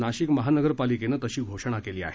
नाशिक महानगरपालिकेनं तशी घोषणा केली आहे